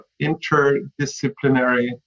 interdisciplinary